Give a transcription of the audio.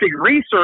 research